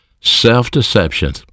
self-deception